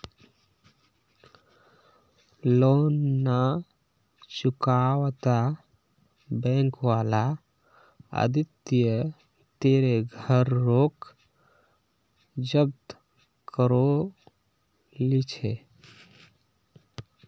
loan ना चुकावाता bank वाला आदित्य तेरे घर रोक जब्त करो ली छे